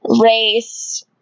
race